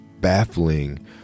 baffling